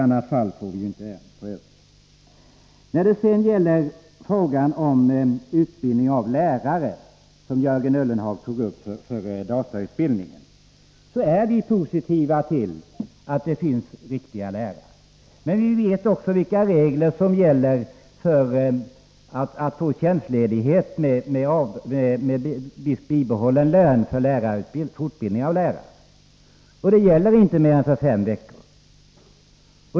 Vad sedan gäller frågan om utbildning av lärare för datautbildning, som Jörgen Ullenhag tog upp, är vi positiva till att det finns bra lärare, men vi vet också vilka regler som gäller för tjänstledighet med viss bibehållen lön för fortbildning av lärare. Man kan inte få sådan ledighet för mer än fem veckor.